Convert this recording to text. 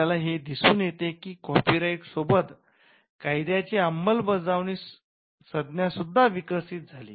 आपल्याला हे दिसून येते की कॉपी राईट सोबतच 'कायद्याची अंमलबजावणी' संज्ञा सुद्धा विकसित झाली